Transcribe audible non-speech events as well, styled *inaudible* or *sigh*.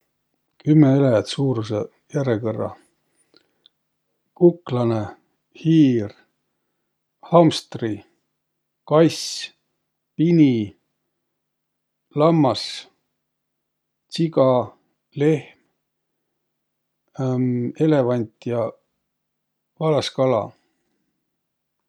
Kümme eläjät suurusõ järekõrrah: kuklanõ, hiir, hamstri, kass, pini, lammas, tsiga, lehm, *hesitation* elevant ja valaskala.